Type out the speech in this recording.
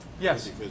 yes